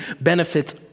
benefits